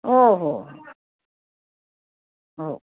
हो हो हो